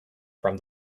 from